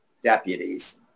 Deputies